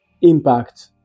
impact